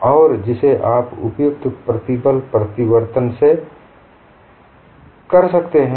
और जिसे आप उपयुक्त प्रतिबल परिवर्तन से कर सकते है